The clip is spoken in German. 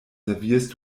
servierst